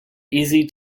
easy